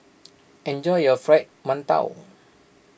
enjoy your Fried Mantou